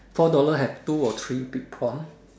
four dollars have two or three big prawn